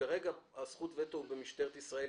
שכרגע זכות הווטו היא במשטרת ישראל,